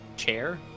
chair